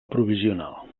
provisional